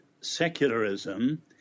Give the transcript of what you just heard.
secularism